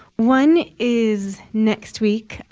one is next week,